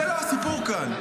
זה לא הסיפור כאן,